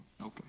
Okay